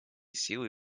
силы